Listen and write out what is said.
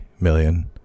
million